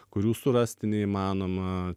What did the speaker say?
kurių surasti neįmanoma